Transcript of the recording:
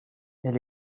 elle